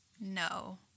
No